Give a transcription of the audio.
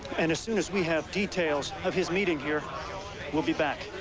and asoon as we have details of his meeting her we'll be back.